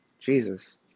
Jesus